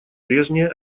прежние